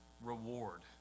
reward